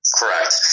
Correct